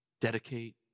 dedicate